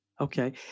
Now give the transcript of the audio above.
Okay